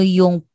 yung